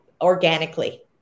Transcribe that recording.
organically